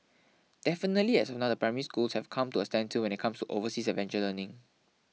definitely as of now the Primary Schools have come to a standstill when it comes to overseas adventure learning